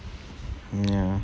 ya